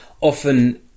often